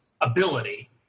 ability